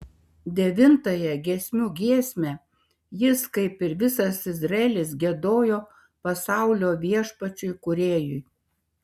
devintąją giesmių giesmę jis kaip ir visas izraelis giedojo pasaulio viešpačiui kūrėjui